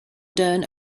dern